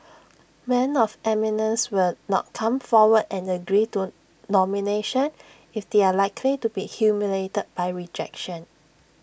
men of eminence will not come forward and agree to nomination if they are likely to be humiliated by rejection